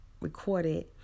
recorded